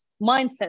mindset